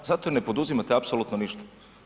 Zato jer ne poduzimate apsolutno ništa.